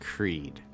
Creed